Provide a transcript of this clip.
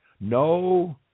no